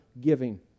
giving